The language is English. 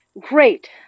Great